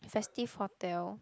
festive hotel